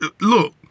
Look